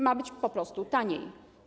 Ma być po prostu taniej.